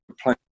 playing